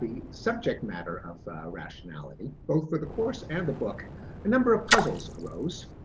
the subject matter of rationality, both for the course and the book number of puzzles arose.